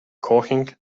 coughing